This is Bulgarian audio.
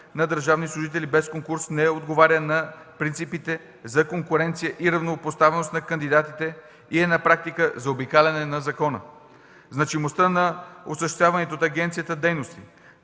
на държавни служители без конкурс не отговаря на принципите за конкуренция и равнопоставеност на кандидатите и е на практика заобикаляне на закона. Значимостта на осъществяваната от агенцията дейност